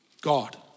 God